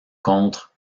contre